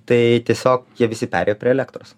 tai tiesiog jie visi perėjo prie elektros